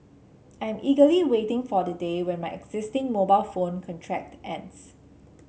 I am eagerly waiting for the day when my existing mobile phone contract ends